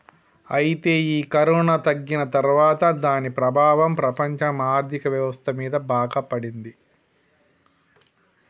అయితే ఈ కరోనా తగ్గిన తర్వాత దాని ప్రభావం ప్రపంచ ఆర్థిక వ్యవస్థ మీద బాగా పడింది